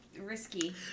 Risky